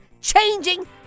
changing